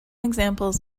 examples